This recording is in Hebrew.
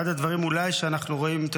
אחד הדברים אולי שאנחנו רואים בהם את